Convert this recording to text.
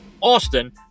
Austin